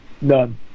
none